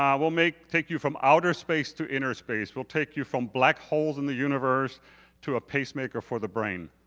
um we'll take you from outer space to inner space. we'll take you from black holes in the universe to a pace maker for the brain.